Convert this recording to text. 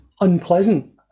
unpleasant